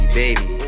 baby